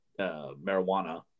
marijuana